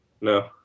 No